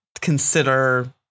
consider